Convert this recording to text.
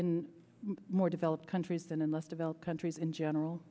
in more developed countries than in less developed countries in general